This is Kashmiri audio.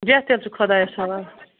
بیٚہہ تیٚلہِ ژٕ خۄدایَس حَوال